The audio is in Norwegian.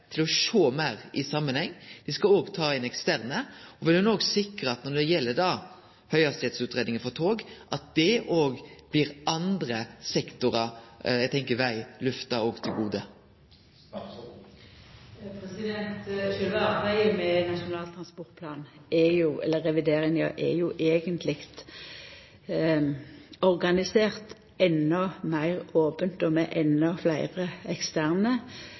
om å sjå meir i samanheng. Me skal òg ta inn eksterne. Vil ho òg sikre at høghastigheitsutgreiinga for tog òg kjem andre sektorar – eg tenkjer veg og luft – til gode? Sjølve arbeidet med revideringa av Nasjonal transportplan er eigentleg organisert endå meir ope og med endå fleire eksterne